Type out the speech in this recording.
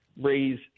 raise